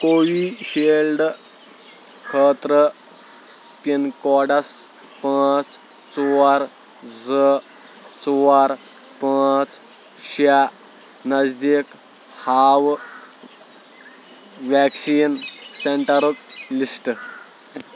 کووی شیلڈٕ خٲطرٕ pin codes پانٛژھ ژور زٕ ژور پانٛژھ شیٚے نزدیٖک ہاو ویکسیٖن سینٹرُک لسٹ